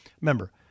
Remember